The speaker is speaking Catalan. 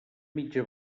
mitja